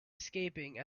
escaping